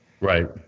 Right